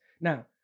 Now